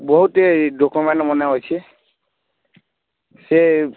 ବହୁତ୍ ଇଏ ଡକ୍ୟୁମେଣ୍ଟ୍ ମାନେ ଅଛେ ସେ